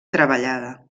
treballada